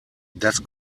das